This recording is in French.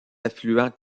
affluents